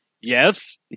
yes